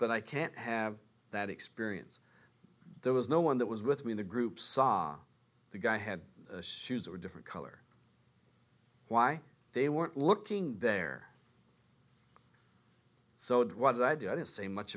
but i can't have that experience there was no one that was with me in the group saw the guy had shoes or a different color why they weren't looking there so it was i didn't say much